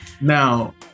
Now